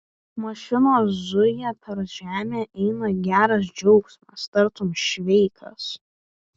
mašinos zuja per žemę eina geras džiaugsmas tartum šveikas